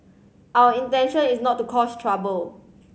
our intention is not to cause trouble